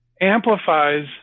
amplifies